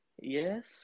Yes